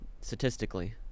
statistically